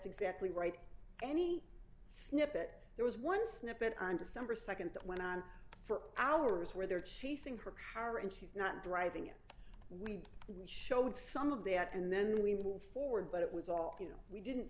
exactly right any snippet there ringback was one snippet on december nd that went on for hours where they're chasing her car and she's not driving it we we showed some of that and then we move forward but it was all you know we didn't